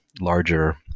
larger